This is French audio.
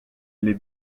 les